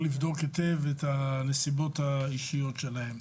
לבדוק היטב את הנסיבות האישיות שלהם.